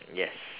yes